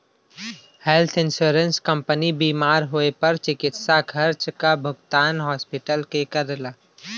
health insurance company बीमार होए पर चिकित्सा खर्चा क भुगतान हॉस्पिटल के करला